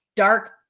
dark